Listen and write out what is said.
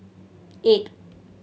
eight